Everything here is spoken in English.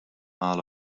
all